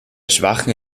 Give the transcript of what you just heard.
schwachem